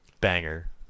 banger